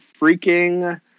freaking